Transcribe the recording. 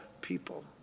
people